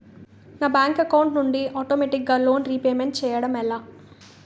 నా bank account నుండి ఆటోమేటిగ్గా లోన్ రీపేమెంట్ చేయడం ఎలా?